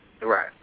Right